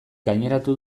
gaineratu